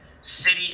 City